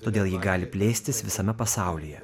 todėl ji gali plėstis visame pasaulyje